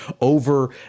over